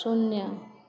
शून्य